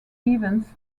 events